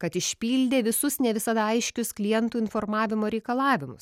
kad išpildė visus ne visada aiškius klientų informavimo reikalavimus